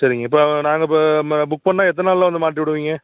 சரிங்க இப்போது நாங்கள் இப்போ ம புக் பண்ணிணா எத்தனை நாளில் வந்து மாட்டி விடுவீங்க